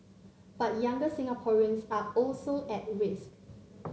but younger Singaporeans are also at risk